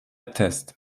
test